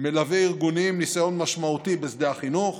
מלווה ארגוני עם ניסיון משמעותי בשדה החינוך